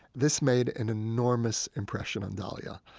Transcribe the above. this made an enormous impression on dalia,